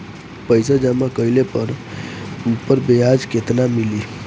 पइसा जमा कइले पर ऊपर ब्याज केतना मिली?